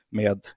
med